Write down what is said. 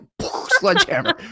sledgehammer